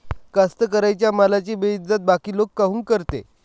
कास्तकाराइच्या मालाची बेइज्जती बाकी लोक काऊन करते?